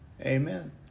Amen